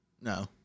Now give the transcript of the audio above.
No